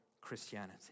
Christianity